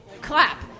Clap